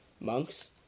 monks